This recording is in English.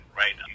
right